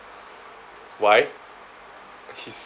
why he's